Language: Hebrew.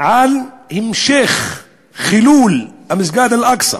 כי המשך חילול מסגד אל-אקצא